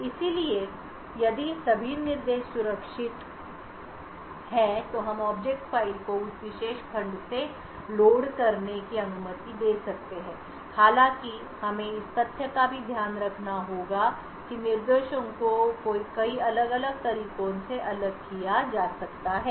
इसलिए यदि सभी निर्देश सुरक्षित निर्देश हैं तो हम ऑब्जेक्ट फ़ाइल को उस विशेष खंड से लोड करने की अनुमति दे सकते हैं हालांकि हमें इस तथ्य का भी ध्यान रखना होगा कि निर्देशों को कई अलग अलग तरीकों से अलग किया जा सकता है